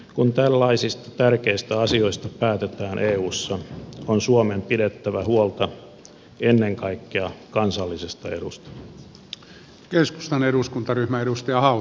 kun tällaisista tärkeistä asioista päätetään eussa on suomen pidettävä huolta ennen kaikkea kansallisesta edusta